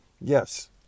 Yes